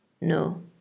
No